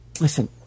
Listen